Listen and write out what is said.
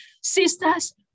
Sisters